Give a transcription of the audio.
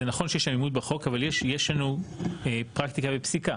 זה נכון שיש עמימות בחוק אבל יש לנו פרקטיקה ופסיקה.